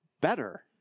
better